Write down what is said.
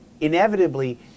Inevitably